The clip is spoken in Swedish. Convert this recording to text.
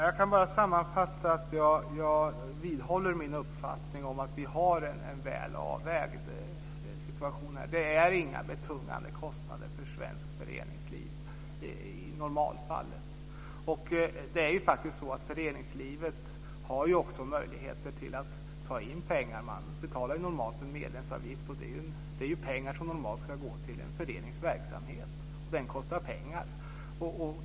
Fru talman! Jag vidhåller min uppfattning om att situationen är väl avvägd. Det är inga betungande kostnader för svenskt föreningsliv i normalfallet. Föreningslivet har också möjlighet att ta in pengar. Man betalar normalt en medlemsavgift. Det är pengar som ska gå till en förenings verksamhet, och den kostar pengar.